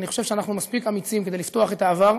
אני חושב שאנחנו מספיק אמיצים כדי לפתוח את העבר,